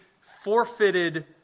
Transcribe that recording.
forfeited